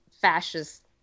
fascist